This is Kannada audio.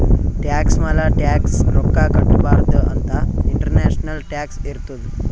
ಟ್ಯಾಕ್ಸ್ ಮ್ಯಾಲ ಟ್ಯಾಕ್ಸ್ ರೊಕ್ಕಾ ಕಟ್ಟಬಾರ್ದ ಅಂತ್ ಇಂಟರ್ನ್ಯಾಷನಲ್ ಟ್ಯಾಕ್ಸ್ ಇರ್ತುದ್